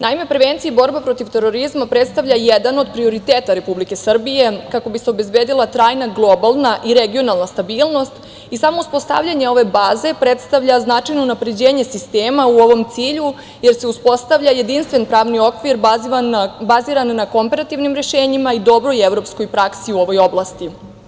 Naime, prevencija i borba protiv terorizma predstavlja jedan od prioriteta Republike Srbije kako bi se obezbedila trajna globalna i regionalna stabilnost i samo uspostavljanje ove baze predstavlja značajno unapređenje sistema u ovom cilju, jer se uspostavlja jedinstven pravni okvir baziran na komparativnim rešenjima i dobroj evropskoj praksi u ovoj oblasti.